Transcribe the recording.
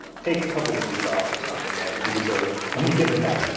take a couple weeks off or something that you deserve, let me give them back